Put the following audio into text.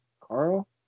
Carl